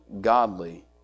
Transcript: godly